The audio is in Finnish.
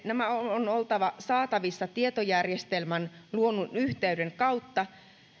on oltava saatavissa tietojärjestelmään luodun yhteyden kautta